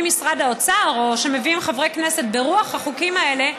משרד האוצר או שמביאים חברי כנסת ברוח החוקים האלה.